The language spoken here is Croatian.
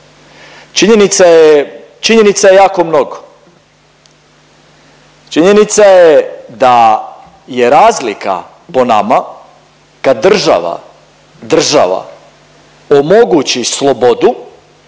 činjenica je jako mnogo, činjenica je da je razlika po nama kad država, država omogući slobodu